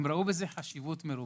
הם ראו בזה חשיבות רבה.